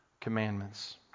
commandments